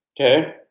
Okay